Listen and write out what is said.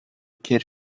kid